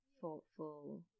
thoughtful